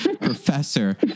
professor